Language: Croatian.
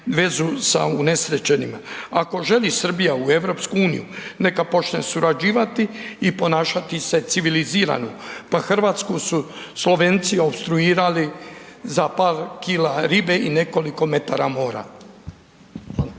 Hrvatsku su Slovenci opstruirali za par kila riba i nekoliko metara mora.